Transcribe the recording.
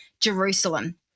Jerusalem